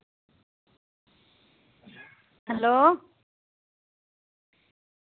hello